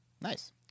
Nice